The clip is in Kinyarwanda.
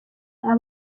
aba